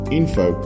info